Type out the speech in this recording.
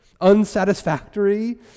unsatisfactory